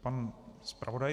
Pan zpravodaj.